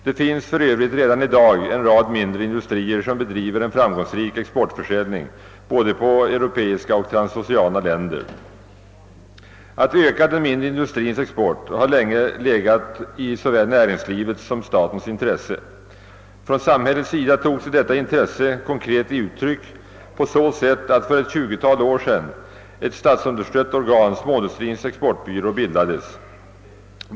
Det finns för Övrigt redan i dag en rad mindre industrier, som bedriver en framgångsrik exportförsäljning på både europeiska och transoceana länder. Att öka den mindre industrins export har länge legat i såväl näringslivets som statens intresse. Från samhällets sida tog sig detta intresse konkret uttryck på så sätt att för ett tjugotal år sedan ett statsunderstött organ, Småindustrins exportbyrå, bildades.